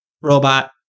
robot